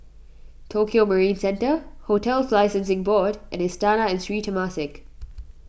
Tokio Marine Centre Hotels Licensing Board and Istana and Sri Temasek